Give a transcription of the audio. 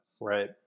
Right